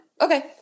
Okay